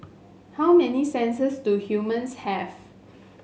how many senses do humans have